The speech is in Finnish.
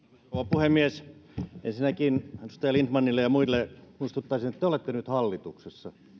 puhemies ensinnäkin edustaja lindtmanille ja muille muistuttaisin että te olette nyt hallituksessa